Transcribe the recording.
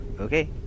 Okay